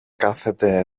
κάθεται